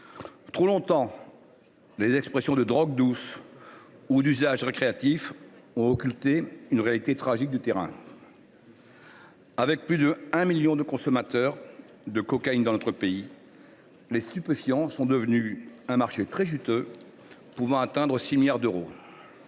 Trop longtemps, les expressions « drogue douce » ou « usage récréatif » ont occulté la réalité tragique du terrain. Alors que l’on compte plus de 1 million de consommateurs de cocaïne dans notre pays, les stupéfiants sont devenus un marché très juteux, qui pourrait représenter 6 milliards d’euros.